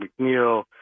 McNeil